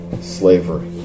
slavery